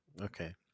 Okay